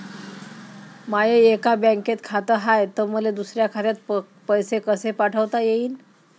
माय एका बँकेत खात हाय, त मले दुसऱ्या खात्यात पैसे कसे पाठवता येईन?